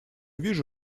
вижу